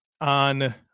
on